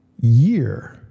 year